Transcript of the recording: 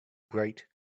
bright